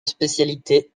spécialité